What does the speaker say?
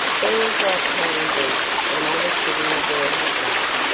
beryl's out playing bridge and mother's giving the boy his bath.